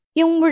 yung